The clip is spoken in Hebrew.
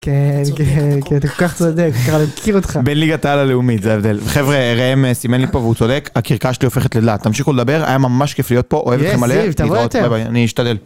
כן, כן, כן, אתה כל כך צודק, אני מכיר אותך. בליגת העל הלאומית זה ההבדל. חבר'ה, ראם סימן לי פה והוא צודק, הכרכרה שלי הופכת לדלעת. תמשיכו לדבר, היה ממש כיף להיות פה, אוהב אתכם מלא, להתראות, ביי ביי, אני אשתדל.